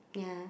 yeah